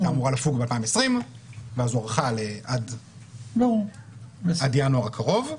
היא אמורה לפוג ב-2020 והוארכה עד ינואר הקרוב.